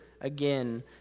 again